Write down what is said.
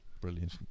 Brilliant